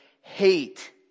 hate